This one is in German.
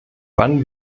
wann